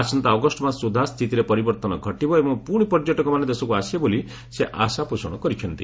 ଆସନ୍ତା ଅଗଷ୍ଟ ମାସ ସୁଦ୍ଧା ସ୍ଥିତିର ପରିବର୍ତ୍ତନ ଘଟିବ ଓ ପୁଣି ପର୍ଯ୍ୟଟକମାନେ ଦେଶକୁ ଆସିବେ ବୋଲି ସେ ଆଶାପୋଷଣ କରିଚ୍ଚନ୍ତି